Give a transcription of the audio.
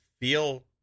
feel